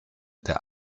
der